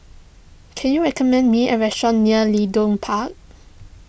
can you recommend me a restaurant near Leedon Park